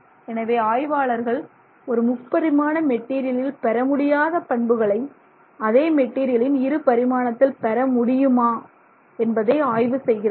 எனவே ஆய்வாளர்கள் ஒரு முப்பரிமாண மெட்டீரியலில் பெறமுடியாத பண்புகளை அதே மெட்டீரியலின் இரு பரிமாணத்தில் பெற முடியுமா என்பதை ஆய்வு செய்கிறார்கள்